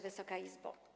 Wysoka Izbo!